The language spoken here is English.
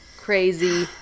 crazy